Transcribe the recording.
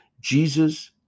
Jesus